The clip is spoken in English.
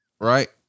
Right